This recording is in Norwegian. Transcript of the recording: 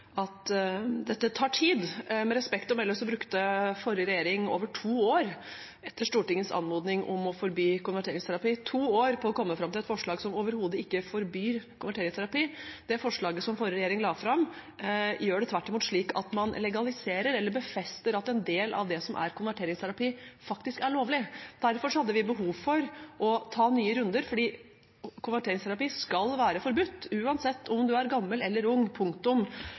at dette tar tid. Med respekt å melde brukte forrige regjering over to år etter Stortingets anmodning om å forby konverteringsterapi – to år på å komme fram til et forslag som overhodet ikke forbyr konverteringsterapi. Det forslaget som forrige regjering la fram, gjør det tvert imot slik at man legaliserer eller befester at en del av det som er konverteringsterapi, faktisk er lovlig. Derfor hadde vi behov for å ta nye runder, for konverteringsterapi skal være forbudt, uansett om man er gammel eller ung – punktum.